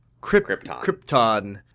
Krypton